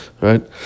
right